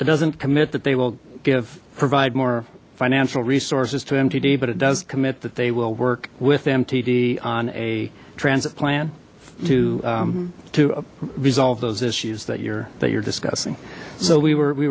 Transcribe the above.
it doesn't commit that they will give provide more financial resources to mtd but it does commit that they will work with mtd on a transit plan to to resolve those issues that you're that you're discussing so we were we